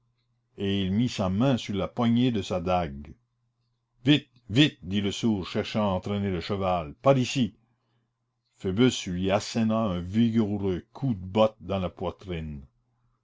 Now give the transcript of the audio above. et il mit sa main sur la poignée de sa dague vite vite dit le sourd cherchant à entraîner le cheval par ici phoebus lui asséna un vigoureux coup de botte dans la poitrine